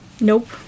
Nope